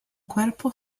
cuerpo